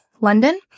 London